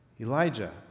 Elijah